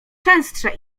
częstsze